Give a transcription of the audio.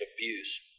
abuse